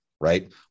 right